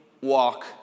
walk